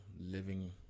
living